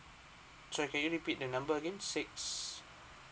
sorry can you repeat the number again six